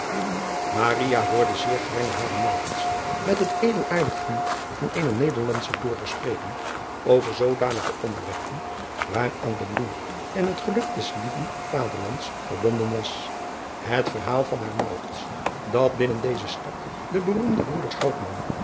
hoorde zeer gaarne haren met het edelaardig vuur van eenen ederlandschen burger spreken over zoodanige onderwerpen waaraan de driaan oosjes zn et leven van aurits ijnslager bloei en het geluk des lieven aderlands verbonden was het verhaal van haar dat binnen deze stad de beroemde broeders